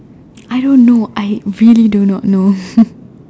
I don't know I really do not know